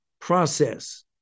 process